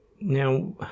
Now